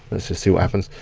let's just see what happens.